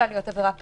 עברה פלילית,